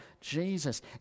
Jesus